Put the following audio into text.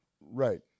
Right